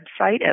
website